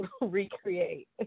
recreate